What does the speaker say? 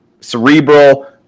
Cerebral